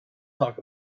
talk